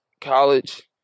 College